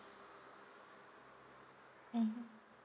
mmhmm